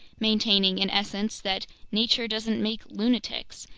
maintaining in essence that nature doesn't make lunatics,